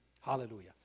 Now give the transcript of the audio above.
Hallelujah